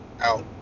out